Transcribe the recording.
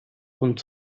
und